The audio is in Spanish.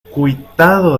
cuitado